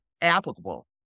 applicable